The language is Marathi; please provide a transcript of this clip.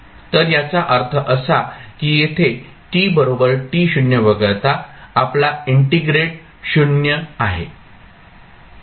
तर याचा अर्थ असा की येथे t to वगळता आपला इंटिग्रेट 0 आहे